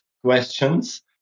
questions